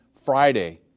Friday